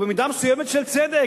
ובמידה מסוימת של צדק,